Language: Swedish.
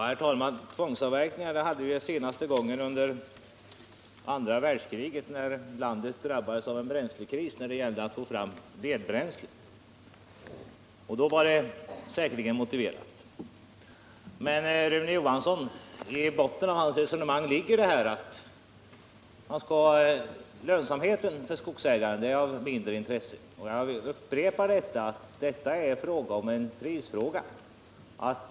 Herr talman! Tvångsavverkning hade vi senast under andra världskriget, när landet drabbades av en bränslekris och det gällde att få fram vedbränsle. Då var en sådan åtgärd säkerligen motiverad. Men i botten av Rune Johanssons i Ljungby resonemang ligger att lönsamheten för skogsägarna är av mindre intresse. Jag upprepar att det här gäller en prisfråga.